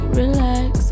relax